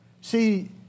See